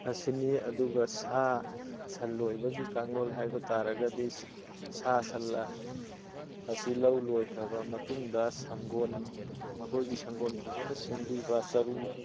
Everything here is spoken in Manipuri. ꯑꯁꯤꯅꯤ ꯑꯗꯨꯒ ꯁꯥ ꯁꯟ ꯂꯣꯏꯕꯒꯤ ꯀꯥꯡꯂꯣꯟ ꯍꯥꯏꯕ ꯇꯥꯔꯒꯗꯤ ꯁꯥ ꯁꯟ ꯑꯁꯤ ꯂꯧ ꯂꯣꯏꯈ꯭ꯔꯕ ꯃꯇꯨꯡꯗ ꯁꯪꯒꯣꯜ ꯃꯈꯣꯏꯒꯤ ꯁꯪꯒꯣꯜ ꯐꯖꯅ ꯁꯦꯝꯕꯤꯕ ꯆꯔꯨ